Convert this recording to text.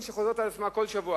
שחוזרות על עצמן בכל שבוע